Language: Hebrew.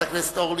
חברת הכנסת אורלי,